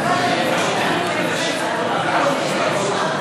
נעבור להצעה לסדר-היום בנושא: